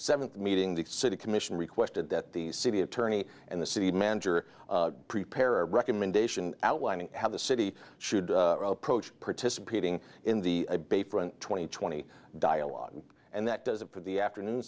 seventh meeting the city commission requested that the city attorney and the city manager prepare a recommendation outlining how the city should approach participating in the debate for n twenty twenty dialogue and that does it for the afternoon